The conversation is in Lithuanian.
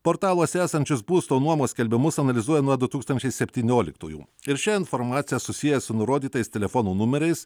portaluose esančius būsto nuomos skelbimus analizuoja nuo du tūkstančiai septynioliktųjų ir šią informaciją susieja su nurodytais telefonų numeriais